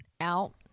out